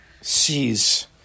sees